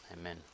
Amen